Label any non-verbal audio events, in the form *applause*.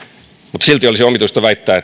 mutta silti olisi omituista väittää *unintelligible*